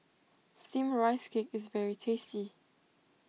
Steamed Rice Cake is very tasty